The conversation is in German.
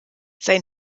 sein